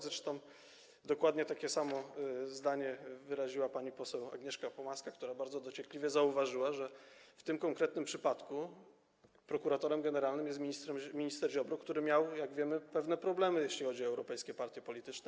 Zresztą dokładnie takie samo zdanie wyraziła pani poseł Agnieszka Pomaska, która bardzo dociekliwie zauważyła, że w tym konkretnym przypadku prokuratorem generalnym jest minister Ziobro, który miał, jak wiemy, pewne problemy, jeśli chodzi o europejskie partie polityczne.